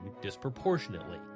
disproportionately